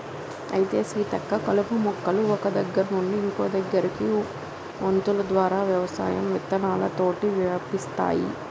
అయితే సీతక్క కలుపు మొక్కలు ఒక్క దగ్గర నుండి ఇంకో దగ్గరకి వొంతులు ద్వారా వ్యవసాయం విత్తనాలతోటి వ్యాపిస్తాయి